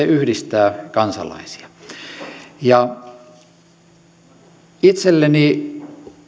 yhdistää kansalaisia itselleni